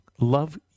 love